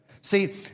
See